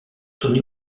tony